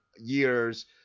years